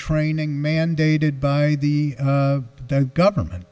training mandated by the government